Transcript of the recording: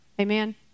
Amen